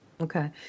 okay